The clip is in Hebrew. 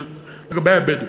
לגבי הבדואים.